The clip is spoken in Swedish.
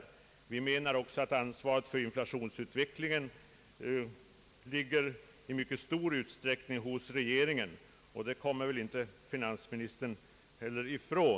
Vi menar också att ansvaret för inflationsutvecklingen i mycket stor utsträckning ligger hos regeringen; det kommer väl finansministern inte heller ifrån.